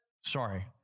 Sorry